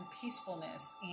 peacefulness